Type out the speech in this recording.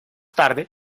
tarde